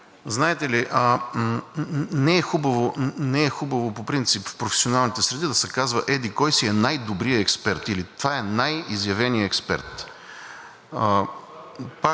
знаете ли, не е хубаво по принцип в професионалните среди да се казва: еди-кой си е най-добрият експерт или това е най-изявеният експерт.